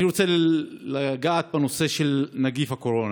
אני רוצה לגעת בנושא של נגיף הקורונה.